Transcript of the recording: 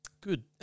Good